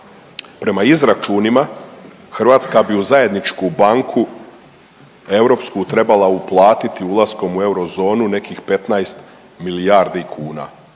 Prema izračunima Hrvatska bi u zajedničku banku europsku trebala uplatiti ulaskom u eurozonu nekih 15 milijardi kuna.